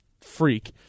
freak